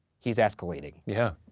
he's escalating. yeah.